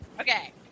Okay